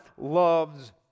loves